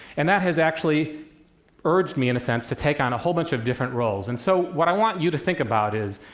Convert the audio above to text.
and that has actually urged me, in a sense, to take on a whole bunch of different roles, and so what i want you to think about is,